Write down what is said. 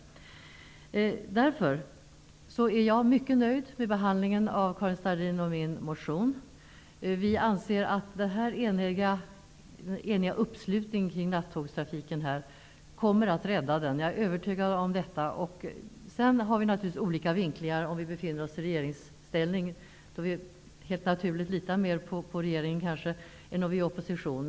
Jag är därför mycket nöjd med behandlingen av Karin Starrins och min motion. Vi anser att den eniga uppslutningen kring nattågstrafiken kommer att rädda den. Detta är jag övertygad om. Sedan har vi naturligtvis olika vinklingar beroende på om vi befinner oss i regeringsställning, då vi helt naturligt litar mer på regeringen, eller om vi befinner oss i opposition.